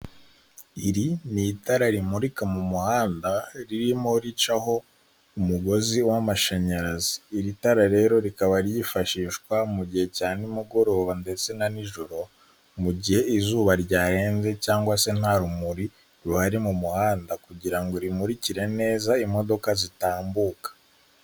Iri ni itara rimurika mu muhanda, ririmo ricaho umugozi w'amashanyarazi. Iri tara rero rikaba ryifashishwa mu gihe cya nimugoroba ndetse na nijoro, mu gihe izuba ryarenze cyangwa se nta rumuri ruhari mu muhanda, kugira ngo rimurikire neza imodoka zitambuka.